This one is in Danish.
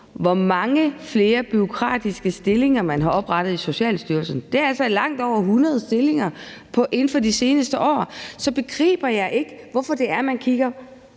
hvor mange flere bureaukratiske stillinger man har oprettet i Social- og Boligstyrelsen – det er altså langt over 100 stillinger inden for de seneste år – så begriber jeg ikke, hvorfor man kigger